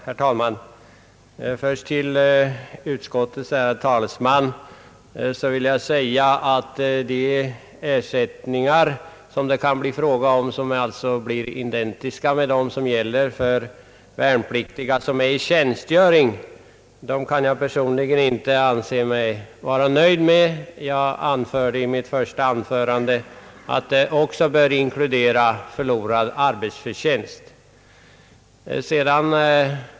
Herr talman! Först vill jag säga till utskottets ärade talesman att de ersättningar som det kan bli fråga om och som alltså blir identiska med dem som gäller för värnpliktiga i tjänstgöring kan jag personligen inte vara nöjd med. Jag framhöll i mitt första anförande att de också bör inkludera ersättning för förlorad arbetsförtjänst.